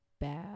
bad